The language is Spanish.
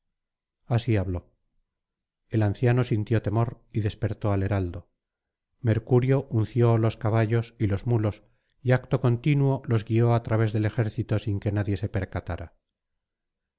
así habló el anciano sintió temor y despertó al heraldo mercurio unció los caballos y los mulos y acto continuo los guió á través del ejército sin que nadie se